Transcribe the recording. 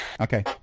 Okay